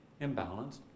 imbalanced